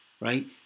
right